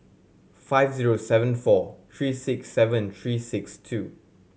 five zero seven four three six seven three six two